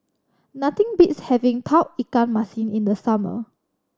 nothing beats having Tauge Ikan Masin in the summer